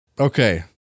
okay